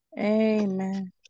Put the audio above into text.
Amen